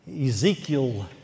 Ezekiel